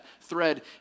thread